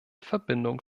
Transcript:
verbindung